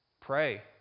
Pray